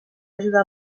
ajudar